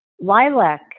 lilac